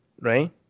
right